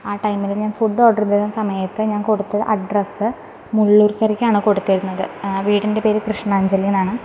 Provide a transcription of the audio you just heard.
ആ ടൈമിൽ ഞാന് ഫുഡ് ഓർഡറ് ചെയ്തത സമയത്ത് ഞാന് കൊടുത്ത അഡ്രസ്സ് മുള്ളിയൂര്ക്കരയ്ക്കാണ് കൊടുത്തിരിക്കുന്നത് ആ വീടിന്റെ പേര് കൃഷ്ണാഞ്ജലി എന്നാണ്